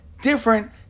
different